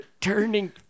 turning